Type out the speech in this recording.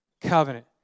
Covenant